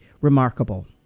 remarkable